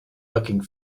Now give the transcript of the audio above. looking